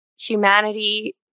humanity